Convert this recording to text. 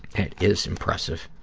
that is impressive.